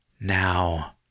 Now